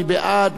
מי בעד?